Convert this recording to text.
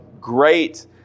great